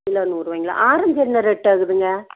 kilo நூறுரூவாயிங்களா orange என்ன ரேட்டாகுதுங்க